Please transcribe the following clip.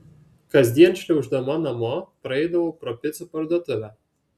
kasdien šliauždama namo praeidavau pro picų parduotuvę